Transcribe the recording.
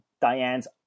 Diane's